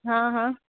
હા હા